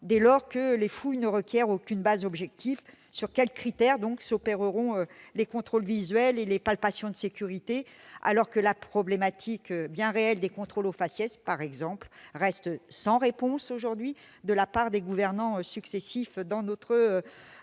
dès lors que les fouilles ne requièrent aucune base objective. Sur quels critères s'opéreront les contrôles visuels et les palpations de sécurité, alors que la problématique bien réelle des contrôles au faciès, par exemple, reste aujourd'hui sans réponse de la part des gouvernants successifs de notre